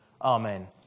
amen